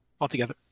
altogether